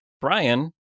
Brian